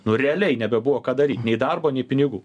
nu realiai nebebuvo ką daryt nei darbo nei pinigų